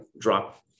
drop